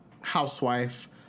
housewife